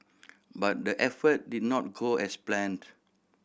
but the effort did not go as planned